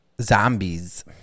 Zombies